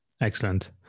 Excellent